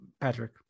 Patrick